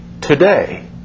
today